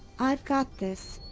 i got this!